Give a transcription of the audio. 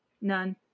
None